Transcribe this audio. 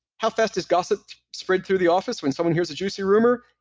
how fast does gossip spread through the office when someone hears a juicy rumor?